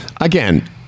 again